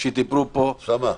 שדיברו פה --- אוסאמה,